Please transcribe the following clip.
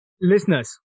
Listeners